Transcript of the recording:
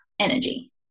energy